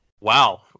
wow